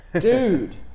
dude